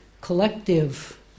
collective